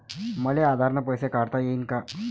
मले आधार न पैसे काढता येईन का?